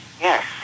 Yes